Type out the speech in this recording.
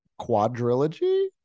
quadrilogy